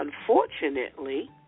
unfortunately